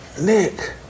Nick